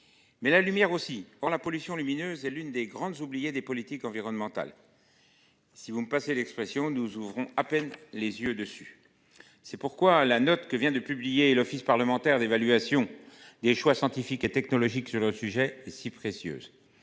Mais la lumière aussi pour la pollution lumineuse est l'une des grandes oubliées des politiques environnementales. Si vous me passez l'expression, nous ouvrons à peine les yeux dessus. C'est pourquoi la note que vient de publier l'Office parlementaire d'évaluation des choix scientifiques et technologiques sur le sujet, si précieuse.